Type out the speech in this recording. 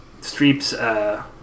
Streep's